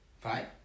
five